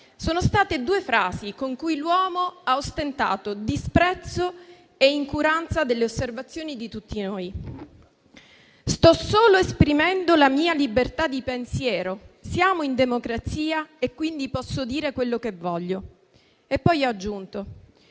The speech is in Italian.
sono state due frasi con cui l'uomo ha ostentato disprezzo e noncuranza delle osservazioni di tutti noi: sto solo esprimendo la mia libertà di pensiero, siamo in democrazia e quindi posso dire quello che voglio. Poi ha aggiunto: